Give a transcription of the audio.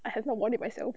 I have not worn it myself